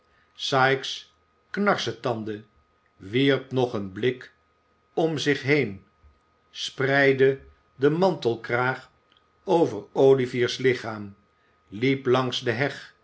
sikes knarsetandde wierp nog een blik om zich heen spreidde den mantelkraag over olivier's lichaam liep langs de heg